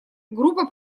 группа